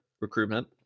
recruitment